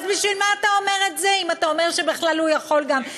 אז בשביל מה אתה אומר את זה אם אתה אומר שבכלל הוא יכול גם?